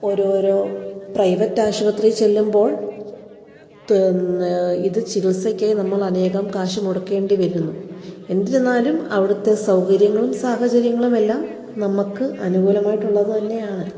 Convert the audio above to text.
ഓരോരോ പ്രൈവറ്റ് ആശുപത്രിയിൽ ചെല്ലുമ്പോൾ പിന്നെ ഇത് ചികിത്സക്കായി നമ്മൾ അനേകം കാശു മുടക്കേണ്ടി വരുന്നു എന്നിരുന്നാലും അവിടുത്തെ സൗകര്യങ്ങളും സാഹചര്യങ്ങളുമെല്ലാം നമുക്ക് അനുകൂലമായിട്ടുള്ളത് തന്നെ ആണ്